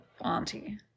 auntie